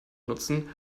nutzen